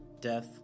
death